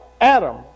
Adam